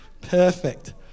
Perfect